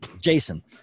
Jason